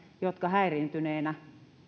jotka häiriintyneenä